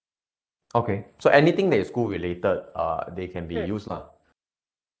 okay so anything that is school related uh they can be used lah